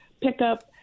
pickup